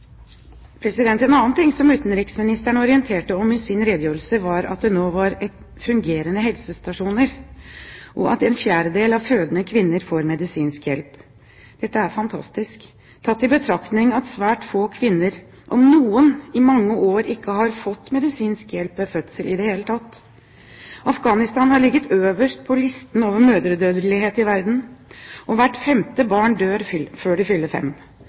En annen ting som utenriksministeren orienterte om i sin redegjørelse, var at det nå var fungerende helsestasjoner, og at en fjerdedel av fødende kvinner får medisinsk hjelp. Dette er fantastisk tatt i betraktning at svært få kvinner, om noen, i mange år ikke har fått medisinsk hjelp ved fødsel i det hele tatt. Afghanistan har ligget øverst på listen over mødredødelighet i verden, og hvert femte barn dør før det fyller fem.